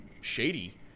shady